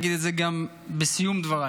ואני אגיד את זה גם בסיום דבריי,